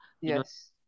yes